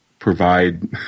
Provide